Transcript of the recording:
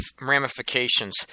ramifications